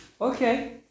okay